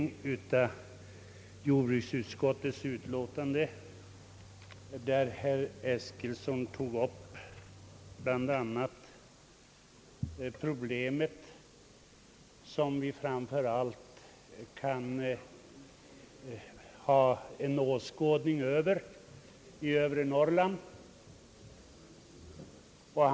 Jag lyssnade med intresse till herr Eskilssons anförande under en föregående punkt, då han tog upp det problem som framför allt vi i övre Norrland har känning av.